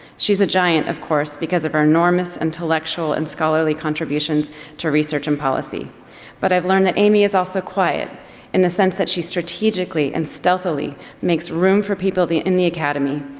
she's a giant, of course, because of her enormous intellectual and scholarly contributions to research and policy but i've learned that amy is also quiet in the sense that she's strategically and stealthily makes room for people in the in the academy,